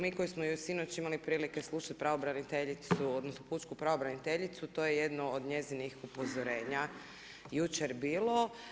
Mi koji smo sinoć imali prilike slušati pravobraniteljicu, odnosno pučku pravobraniteljicu to je jedno od njezinih upozorenja jučer bilo.